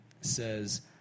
says